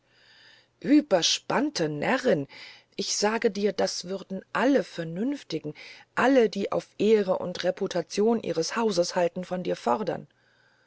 ueberspannte närrin ich sage dir das würden alle vernünftigen alle die auf ehre und reputation ihres hauses halten von dir fordern